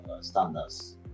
standards